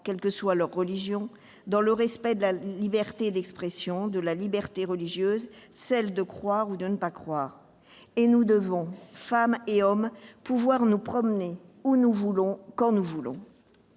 quelle que soit leur religion, dans le respect de la liberté d'expression, de la liberté religieuse, celle de croire ou de ne pas croire, et nous devons, femmes et hommes, pouvoir nous promener où nous voulons, quand nous voulons.